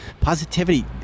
positivity